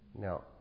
Now